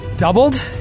doubled